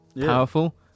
Powerful